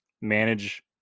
manage